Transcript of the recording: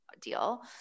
deal